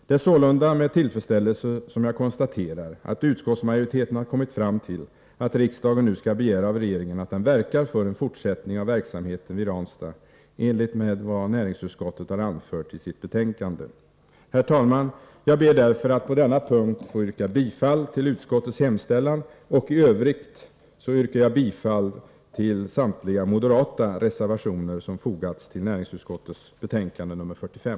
Det är sålunda med tillfredsställelse som jag konstaterar att utskottsmajoriteten har kommit fram till att riksdagen nu skall begära av regeringen att den verkar för en fortsättning av verksamheten vid Ranstad i enlighet med vad näringsutskottet har anfört i sitt betänkande. Herr talman! Jag ber därför att på denna punkt få yrka bifall till utskottets hemställan. I övrigt yrkar jag bifall till samtliga moderata reservationer som fogats till näringsutskottets betänkande 45.